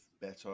better